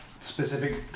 specific